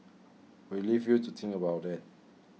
we'll leave you to think about that